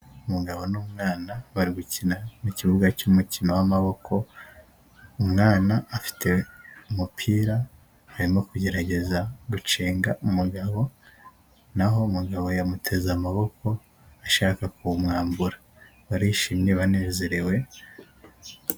Umugabo n'umwana bari gukina mu kibuga cy'umukino wmaboko; umwana afite umupira arimo kugerageza gucenga umugabo; naho umugabo yamuteze amaboko ashaka kuw'umwambura barishimye, banezerewe